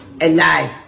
alive